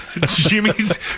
Jimmy's